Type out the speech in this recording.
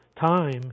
time